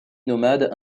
nomade